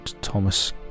Thomas